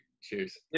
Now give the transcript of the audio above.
Cheers